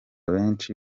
benshi